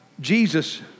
Jesus